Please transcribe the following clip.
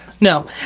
No